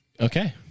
Okay